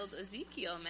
Ezekiel